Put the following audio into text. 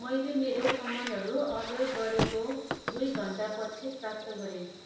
मैले मेरो समानहरू अर्डर गरेको दुई घन्टा पछि प्राप्त गरे